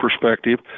perspective